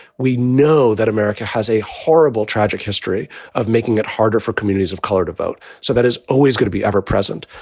we know that america has a horrible, tragic history of making making it harder for communities of color to vote. so that is always going to be ever present.